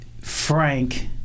Frank